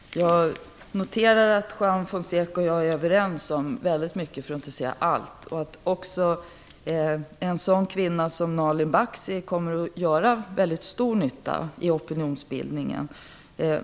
Fru talman! Jag noterar att Juan Fonseca och jag är överens om mycket, för att inte säga allt. Nalin Baksi kommer att göra stor nytta i opinionsbildningen.